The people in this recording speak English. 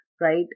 right